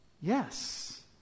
yes